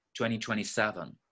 2027